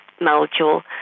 molecule